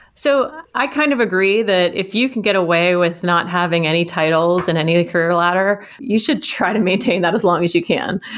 so i kind of agree that if you can get away with not having any titles in any of the career ladder, you should try to maintain that as long as you can,